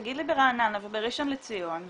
תגיד לי ברעננה ובראשון לציון,